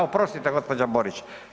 Oprostite gospođo Borić.